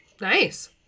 nice